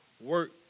work